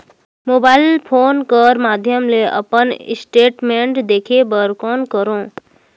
Mobile phone कर माध्यम ले अपन स्टेटमेंट देखे बर कौन करों?